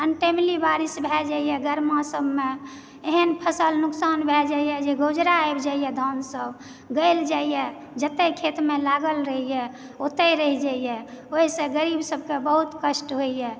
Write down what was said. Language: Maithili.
अनटाइमली बारिश भय जाइया गरमा सबमे एहन फसल नुकसान भय जाइया जे हो जाइया धान सब गलि जाइया जेत्ते खेत मे लागल रहैया ओत्ते रहि जाइया ओहिसे गरीब सब के बहुत कष्ट होइया